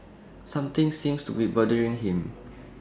something seems to be bothering him